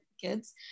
kids